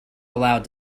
allowed